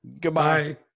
Goodbye